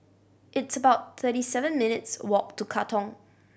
it's about thirty seven minutes' walk to Katong